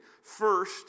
First